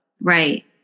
right